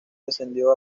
descendió